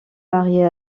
mariée